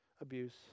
abuse